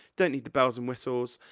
don't need the bells and whistles.